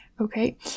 Okay